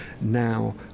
Now